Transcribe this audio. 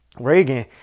Reagan